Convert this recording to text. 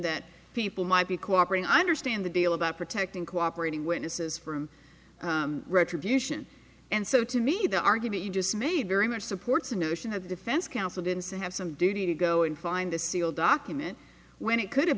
that people might be cooperating i understand the deal about protecting cooperating witnesses from retribution and so to me the argument you just made very much supports the notion of defense counsel didn't say have some duty to go and find the seal document when it could have